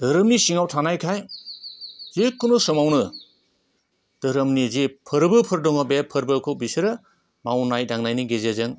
धोरोमनि सिङाव थानायखाय जिखुनु समावनो धोरोमनि जि फोरबोफोर दङ बे फोरबोखौ बिसोरो मावनाय दांनायनि गेजेरजों